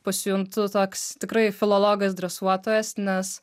pasijuntu toks tikrai filologas dresuotojas nes